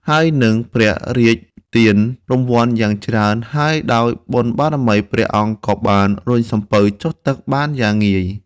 ហើយនឹងព្រះរាជទានរង្វាន់យ៉ាងច្រើនហើយដោយបុណ្យបារមី ព្រះអង្គក៏បានរុញសំពៅចុះទឹកបានយ៉ាងងាយ។